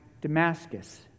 Damascus